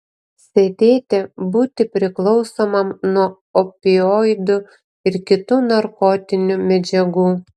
sėdėti būti priklausomam nuo opioidų ar kitų narkotinių medžiagų